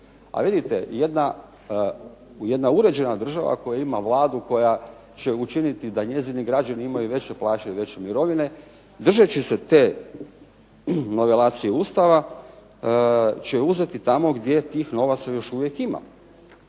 A vidite jedna uređena država koja ima Vladu koja će učiniti da njeni građani imaju veće plaće i veće mirovine, držeći se te novelacije Ustava, će uzeti tamo gdje tih novaca još uvijek ima.